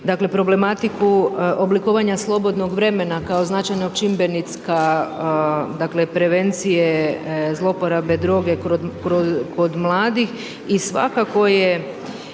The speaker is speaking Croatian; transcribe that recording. dakle problematiku oblikovanja slobodnog vremena kao značajnog čimbenika dakle prevencije zlouporabe droge kod mladih. I svakako je